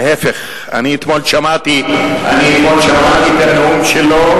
להיפך, אתמול שמעתי את הנאום שלו,